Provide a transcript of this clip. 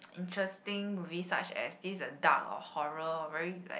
interesting movies such as this uh dark or horror very like